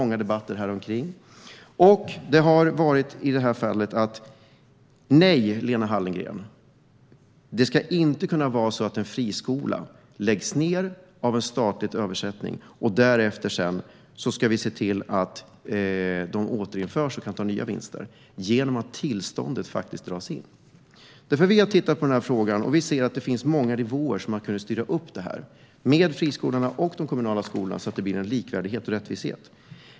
Nej, Lena Hallengren, det ska inte vara så att tillståndet för en friskola dras in genom ett statligt övertagande och att tillståndet återinförs så att friskolan kan göra nya vinster. Vi ser att det finns många nivåer där man kan styra upp detta med friskolorna och de kommunala skolorna så att det blir likvärdigt och rättvist.